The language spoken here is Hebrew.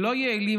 שלא יעילים